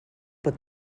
but